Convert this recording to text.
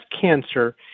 cancer